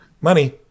Money